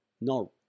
No